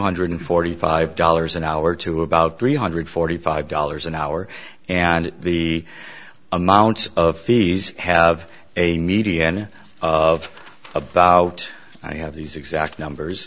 hundred forty five dollars an hour to about three hundred forty five dollars an hour and the amount of fees have a median of about i have these exact numbers